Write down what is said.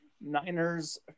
Niners